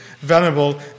venerable